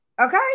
okay